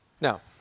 Now